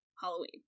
Halloween